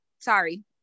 sorry